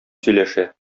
сөйләшә